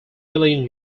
million